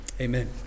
Amen